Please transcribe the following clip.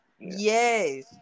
Yes